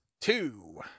two